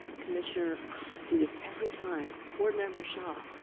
commissioner i do this every time. board member shaw.